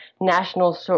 national